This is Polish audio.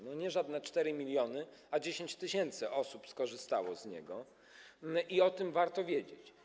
I nie żadne 4 mln, a 10 tys. osób skorzystało z niego, o tym warto wiedzieć.